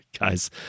Guys